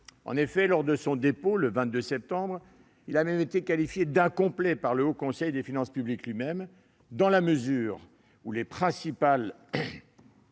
discuter. Lors de son dépôt, le 22 septembre, il a même été qualifié d'incomplet par le Haut Conseil des finances publiques lui-même, dans la mesure où les principales